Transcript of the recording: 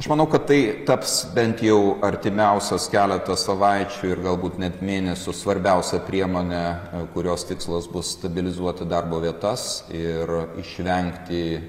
aš manau kad tai taps bent jau artimiausias keletą savaičių ir galbūt net mėnesių svarbiausia priemone kurios tikslas bus stabilizuoti darbo vietas ir išvengti